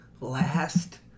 last